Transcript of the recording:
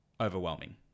overwhelming